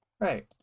right